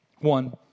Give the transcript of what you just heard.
One